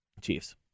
Chiefs